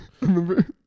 remember